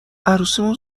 عروسیمون